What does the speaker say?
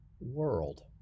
world